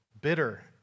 bitter